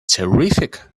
terrific